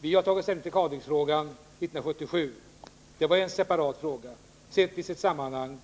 Vi tog ställning till frågan om en eventuell utbyggnad av Kalixälven 1977. Det var en separat fråga, sedd i sitt sammanhang.